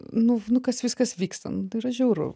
nu nu kas viskas vyksta nu tai yra žiauru